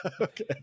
Okay